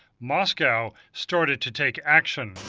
moscow started to take action.